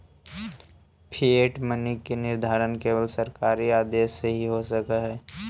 fiat money के निर्धारण केवल सरकारी आदेश से हो सकऽ हई